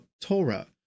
Torah